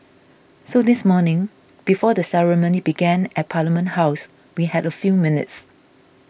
so this morning before the ceremony began at Parliament House we had a few minutes